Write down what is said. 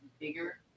Bigger